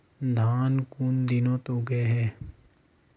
धान कुन दिनोत उगैहे